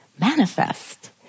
manifest